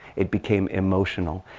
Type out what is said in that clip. it became emotional.